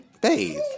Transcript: bathe